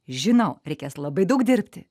žinau reikės labai daug dirbti